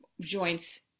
joints